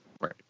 Right